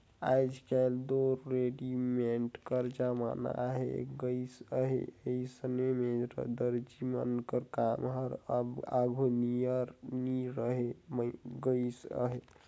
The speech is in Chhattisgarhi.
आएज काएल दो रेडीमेड कर जमाना आए गइस अहे अइसन में दरजी मन कर काम हर अब आघु नियर नी रहि गइस अहे